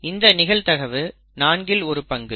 இந்த நிகழ்தகவு நான்கில் ஒரு பங்கு